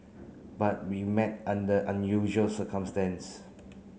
but we met under unusual circumstance